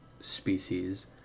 species